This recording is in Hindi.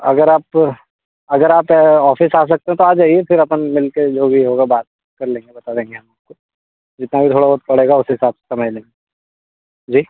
अगर आप अगर आप ऑफिस आ सकते हैं तो आ जाइए फिर अपन मिल कर जो भी होगा बात कर लेंगे बता देंगे हम आपको जितना भी थोड़ा बहुत पड़ेगा उस हिसाब से समझ लेंगे जी